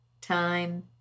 time